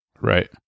Right